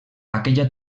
aquella